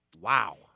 Wow